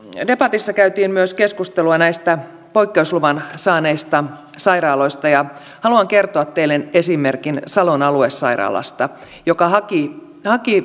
debatissa käytiin myös keskustelua näistä poikkeusluvan saaneista sairaaloista haluan kertoa teille esimerkin salon aluesairaalasta joka haki